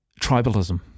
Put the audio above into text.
tribalism